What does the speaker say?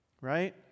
Right